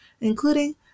including